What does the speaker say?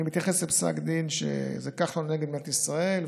אני מתייחס לפסק דין כחלון נ' מדינת ישראל,